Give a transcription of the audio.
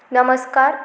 नमस्कार